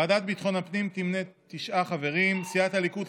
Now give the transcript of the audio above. ועדת ביטחון הפנים תמנה תשעה חברים: סיעת הליכוד,